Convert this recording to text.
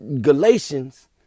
galatians